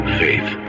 faith